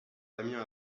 damien